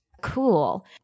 Cool